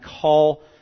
call